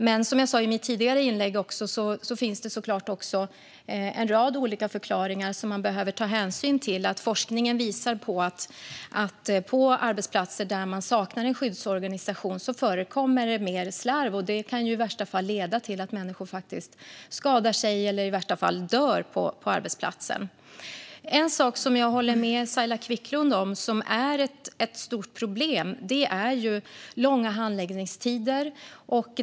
Men som jag sa i mitt tidigare inlägg finns det såklart en rad olika förklaringar som man behöver ta hänsyn till. Forskningen visar att på arbetsplatser där man saknar en skyddsorganisation förekommer det mer slarv. Det kan leda till att människor skadar sig eller i värsta fall dör på arbetsplatsen. En sak som jag håller med Saila Quicklund om är ett stort problem är långa handläggningstider.